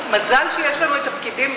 מזל שיש לנו פקידים,